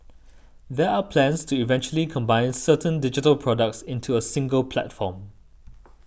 there are plans to eventually combine certain digital products into a single platform